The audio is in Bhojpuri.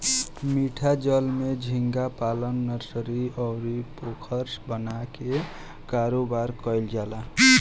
मीठा जल में झींगा पालन नर्सरी, अउरी पोखरा बना के कारोबार कईल जाला